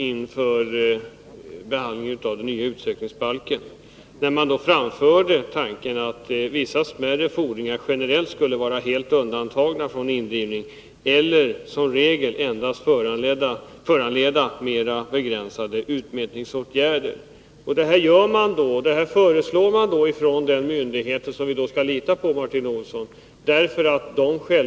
Inför behandlingen av den nya utsökningsbalken framförde Kronofogdeföreningen tanken att vissa smärre fordringar generellt skulle vara helt undantagna från indrivning eller som regel endast föranleda mera begränsade utmätningsåtgärder. Det uttalandet gjordes av personer som företräder en myndighet som vi skall lita på enligt Martin Olsson.